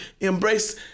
embrace